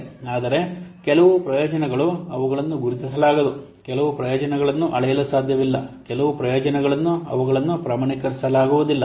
ಆದರೆ ಕೆಲವು ಪ್ರಯೋಜನಗಳು ಅವುಗಳನ್ನು ಗುರುತಿಸಲಾಗದು ಕೆಲವು ಪ್ರಯೋಜನಗಳನ್ನು ಅಳೆಯಲು ಸಾಧ್ಯವಿಲ್ಲ ಕೆಲವು ಪ್ರಯೋಜನಗಳನ್ನು ಅವುಗಳನ್ನು ಪ್ರಮಾಣೀಕರಿಸಲಾಗುವುದಿಲ್ಲ